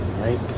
right